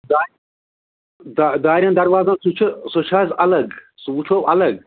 دا دارٮ۪ن دروازن سُہ چھِ سُہ چھِ حظ الگ سُہ وٕچھو الگ